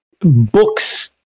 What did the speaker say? books